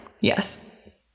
Yes